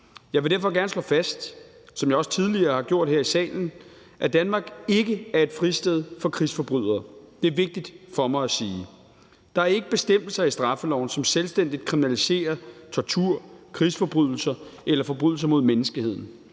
Jeg vil derfor gerne slå fast, som jeg også tidligere har gjort her i salen, at Danmark ikke er et fristed for krigsforbrydere. Det er vigtigt for mig at sige. Der er ikke bestemmelser i straffeloven, som selvstændigt kriminaliserer tortur, krigsforbrydelser eller forbrydelser mod menneskeheden,